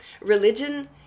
religion